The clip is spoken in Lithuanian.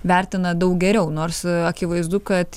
vertina daug geriau nors akivaizdu kad